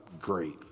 great